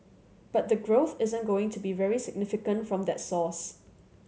but the growth isn't going to be very significant from that source